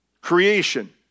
creation